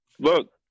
Look